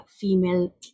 female